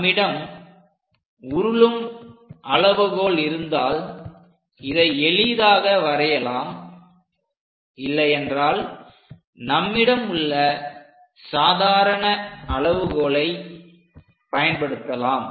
நம்மிடம் உருளும் அளவுகோல் இருந்தால் இதை எளிதாக வரையலாம் இல்லை என்றால் நம்மிடம் உள்ள சாதாரண அளவுகோலை பயன்படுத்தலாம்